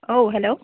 औ हेल'